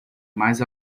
mas